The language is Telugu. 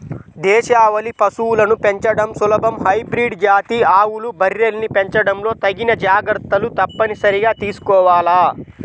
దేశవాళీ పశువులను పెంచడం సులభం, హైబ్రిడ్ జాతి ఆవులు, బర్రెల్ని పెంచడంలో తగిన జాగర్తలు తప్పనిసరిగా తీసుకోవాల